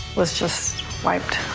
let's just right.